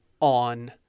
on